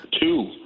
two